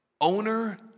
owner